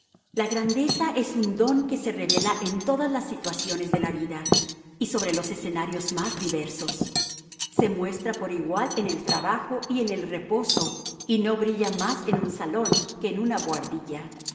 la grandeza es un don que se revela en todas las situaciones de la vida y sobre los escenarios más diversos se muestra por igual en el trabajo y en el reposo y no brilla más en un salón que en una buhardilla